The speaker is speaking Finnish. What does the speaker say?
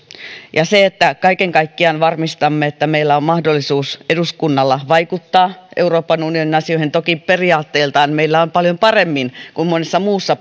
ja se että kaiken kaikkiaan varmistamme että meillä eduskunnalla on mahdollisuus vaikuttaa euroopan unionin asioihin toki periaatteiltaan meillä on paljon paremmin kuin monessa muussa